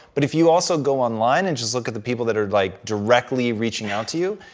but if you also go online and just look at the people that are like directly reaching out to you,